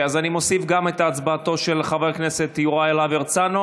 אז אני מוסיף גם את הצבעתו של חבר הכנסת יוראי להב הרצנו,